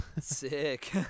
Sick